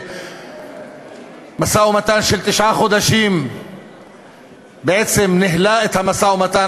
ובמשך תשעה חודשים בעצם ניהלה את המשא-ומתן